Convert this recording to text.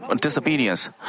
disobedience